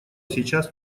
сейчас